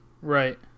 Right